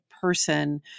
person